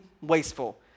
wasteful